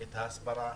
ההסברה,